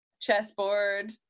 chessboard